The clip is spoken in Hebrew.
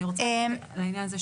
אני רוצה לעניין הזה,